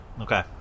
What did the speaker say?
Okay